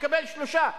לקבל שלושה,